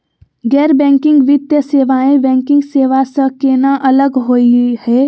गैर बैंकिंग वित्तीय सेवाएं, बैंकिंग सेवा स केना अलग होई हे?